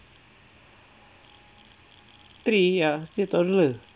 three ya still toddler